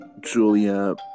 Julia